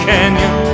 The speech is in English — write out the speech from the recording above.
Canyon